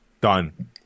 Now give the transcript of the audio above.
Done